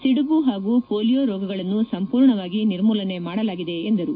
ಸಿಡುಬು ಹಾಗೂ ಪೊಲಿಯೋ ರೋಗಗಳನ್ನು ಸಂಪೂರ್ಣವಾಗಿ ನಿರ್ಮೂಲನೆ ಮಾಡಲಾಗಿದೆ ಎಂದರು